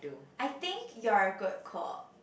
I think you're a good cook